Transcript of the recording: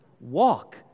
Walk